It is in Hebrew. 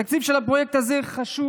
התקציב של הפרויקט הזה חשוב.